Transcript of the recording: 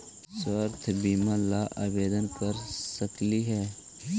स्वास्थ्य बीमा ला आवेदन कर सकली हे?